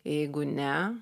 jeigu ne